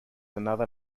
another